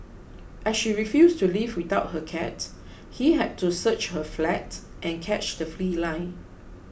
as she refused to leave without her cat he had to search her flat and catch the feline